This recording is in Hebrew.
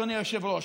אדוני היושב-ראש: